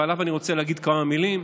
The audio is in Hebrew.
ועליו אני רוצה להגיד כמה מילים.